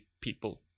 people